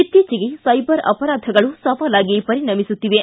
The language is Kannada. ಇಕ್ತೀಚಿಗೆ ಸೈಬರ್ ಅಪರಾಧಗಳು ಸವಾಲಾಗಿ ಪರಿಣಮಿಸುತ್ತಿವೆ